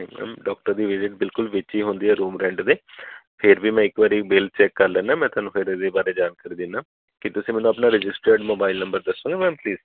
madam doctor ਦੀ visit ਬਿਲਕੁਲ ਵਿੱਚ ਹੀ ਹੁੰਦੀ ਹੈ ਰੂਮ ਰੈਂਟ ਨੇ ਫਿਰ ਵੀ ਮੈਂ ਇੱਕ ਵਾਰੀ ਬਿਲ ਚੈੱਕ ਕਰ ਲੈਦਾ ਮੈਂ ਤੁਹਾਨੂੰ ਫਿਰ ਇਹਦੇ ਬਾਰੇ ਜਾਣਕਾਰੀ ਦਿੰਦਾ ਕਿ ਤੁਸੀਂ ਮੈਨੂੰ ਆਪਣਾ ਰਜਿਸਟਰਡ ਮੋਬਾਇਲ ਨੰਬਰ ਦੱਸੋ ਮੈਮ ਪਲੀਜ਼